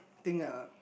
think a